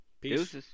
Peace